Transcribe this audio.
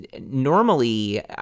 normally